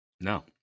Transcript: no